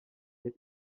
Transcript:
est